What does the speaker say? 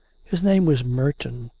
his name was merton.